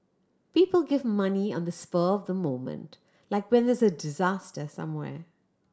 people give money on the spur of the moment like when there's a disaster somewhere